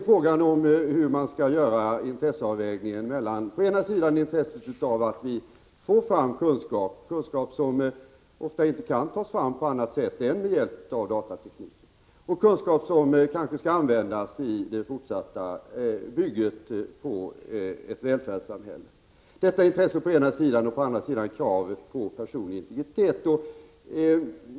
Frågan gäller hur man skall göra avvägningen mellan å ena sidan intresset av att vi får fram kunskap som ofta inte kan tas fram på annat sätt än med hjälp av datatekniken, kunskap som kanske skall användas i den fortsatta uppbyggnaden av ett välfärdssamhälle, och å andra sidan kravet på personlig integritet.